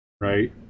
right